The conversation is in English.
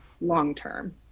long-term